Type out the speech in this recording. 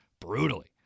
brutally